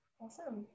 awesome